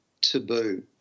taboo